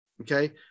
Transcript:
Okay